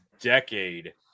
decade